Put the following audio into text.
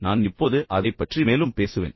நான் இப்போது அதைப் பற்றி மேலும் பேசுவேன்